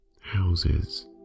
houses